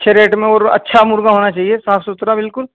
اچھے ریٹ میں اور اچھا مرغہ ہونا چاہیے صاف ستھرا بالکل